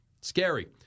Scary